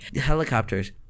helicopters